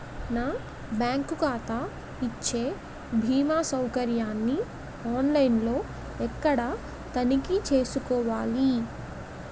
నా బ్యాంకు ఖాతా ఇచ్చే భీమా సౌకర్యాన్ని ఆన్ లైన్ లో ఎక్కడ తనిఖీ చేసుకోవాలి?